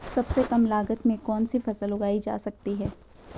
सबसे कम लागत में कौन सी फसल उगाई जा सकती है